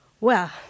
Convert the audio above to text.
Well